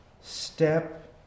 step